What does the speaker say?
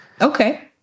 Okay